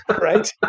right